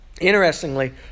Interestingly